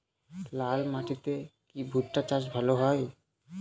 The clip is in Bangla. লাল মাটিতে কি ভুট্টা চাষ ভালো হয়?